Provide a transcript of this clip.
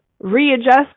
readjust